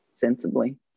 sensibly